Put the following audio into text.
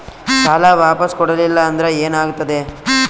ಸಾಲ ವಾಪಸ್ ಕೊಡಲಿಲ್ಲ ಅಂದ್ರ ಏನ ಆಗ್ತದೆ?